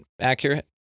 accurate